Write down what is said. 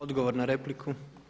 Odgovor na repliku.